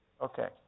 Okay